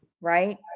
right